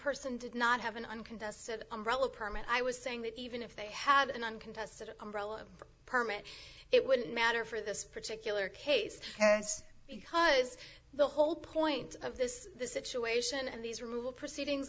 person did not have an uncontested umbrella permit i was saying that even if they had an uncontested umbrella permit it wouldn't matter for this particular case yes because the whole point of this situation and these rule proceedings